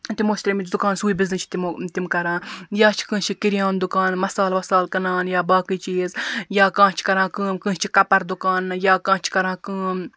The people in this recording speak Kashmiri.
تِمو چھِ ترٲمٕتۍ دُکان سُے بِزنٮ۪س چھِ تمو تِم کَران یا چھِ کٲنٛسہِ چھُ کِریان دُکان مَسالہ وَسالہ کٕنان یا باقٕے چیٖز یا کانٛہہ چھُ کران کٲم کٲنٛسہ چھ کَپَر دُکان یا کانٛہہ چھ کَران کٲم